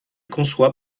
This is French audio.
conçoit